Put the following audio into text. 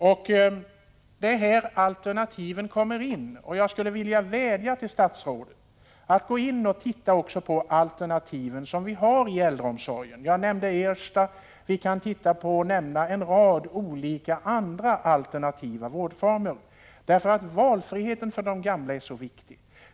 Det är här alternativen kommer in. Jag skulle vilja vädja till statsrådet att gå in och se också på de alternativ i äldreomsorgen som vi har. Jag nämnde Ersta, men det finns en rad andra alternativa vårdformer. Valfriheten för de gamla är nämligen viktig.